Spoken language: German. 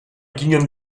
gingen